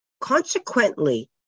consequently